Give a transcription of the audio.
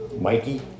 Mikey